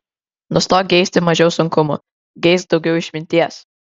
nustok geisti mažiau sunkumų geisk daugiau išminties